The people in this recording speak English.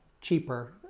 cheaper